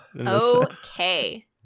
Okay